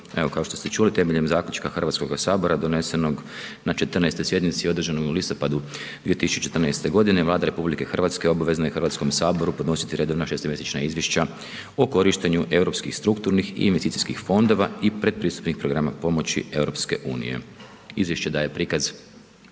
evo kao što ste čuli, temeljem zaključka HS donesenog na 14. sjednici održanoj u listopadu 2014.g. Vlada RH obavezna je HS podnositi redovna šestomjesečna izvješća o korištenju europskih strukturnih i investicijskih fondova i pretpristupnih programa pomoći EU. Izvješće daje prikaz